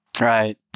Right